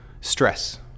stress